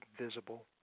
visible